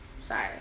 sorry